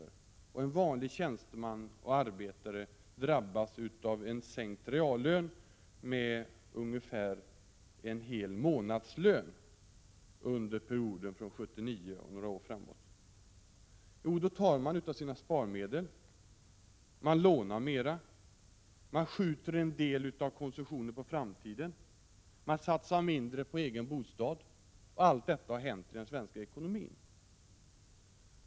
Vad gör en vanlig tjänsteman och en vanlig arbetare som drabbas av en sänkning av reallönen med ungefär en hel månadslön, såsom skedde under perioden från 1979 och några år framåt? Jo, man tar av sina sparmedel, man lånar mera, man skjuter en del konsumtion på framtiden och man satsar mindre på egen bostad. Allt detta har hänt i den svenska ekonomin.